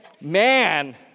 man